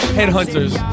headhunters